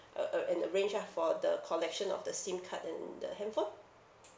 uh uh and arrange ah for the collection of the SIM card and the handphone